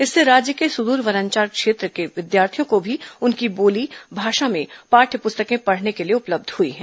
इससे राज्य के सुद्र वनांचल क्षेत्र के विद्यार्थियों को भी उनकी बोली भाषा में पाठ्य प्रस्तकें पढ़ने के लिए उपलब्ध हुई है